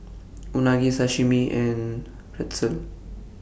Unagi Sashimi and Pretzel